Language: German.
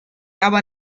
aber